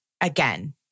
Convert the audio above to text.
Again